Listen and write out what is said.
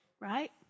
right